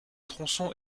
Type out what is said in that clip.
tronçons